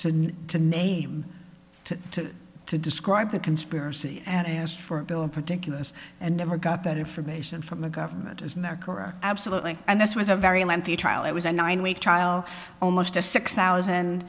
to to name to to describe the conspiracy and asked for a bill of particulars and never got that information from the government is never correct absolutely and this was a very lengthy trial it was a nine week trial almost a six thousand